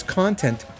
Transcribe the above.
content